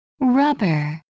Rubber